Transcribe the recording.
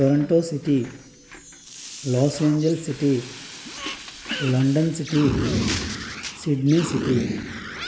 Toronto city los angels city London city Sydney city